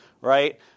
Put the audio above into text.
right